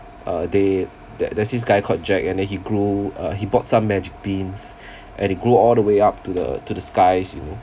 uh there that there's this guy called jack and then he grew uh he bought some magic beans and it grow all the way up to the to the skies you know